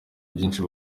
byinshi